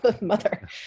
mother